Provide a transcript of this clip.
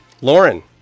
Lauren